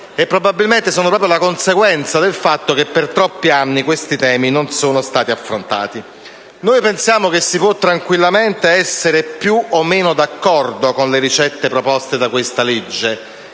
e probabilmente sono proprio la conseguenza del fatto che per troppi anni questi temi non sono stati affrontati. Noi pensiamo che si possa tranquillamente essere più o meno d'accordo con le ricette proposte da questo